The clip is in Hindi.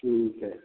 ठीक है